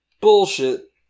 Bullshit